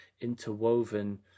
interwoven